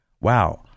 Wow